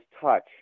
touch